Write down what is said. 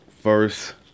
first